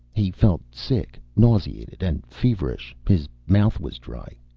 he felt sick, nauseated and feverish. his mouth was dry.